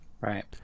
Right